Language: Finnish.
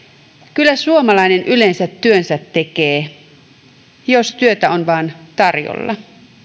kyllä suomalainen yleensä työnsä tekee jos työtä vain on tarjolla